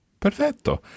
Perfetto